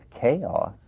chaos